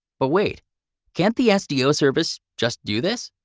but wait can't the sdo service just do this?